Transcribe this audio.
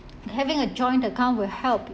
having a joint account will help